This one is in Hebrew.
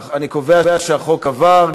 אני קובע שהחוק עבר,